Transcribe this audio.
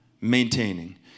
maintaining